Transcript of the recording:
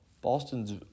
Boston's